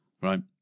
right